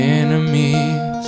enemies